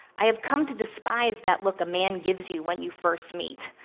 i have come to despise that look a man gives you when you first meet,